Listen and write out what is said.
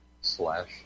slash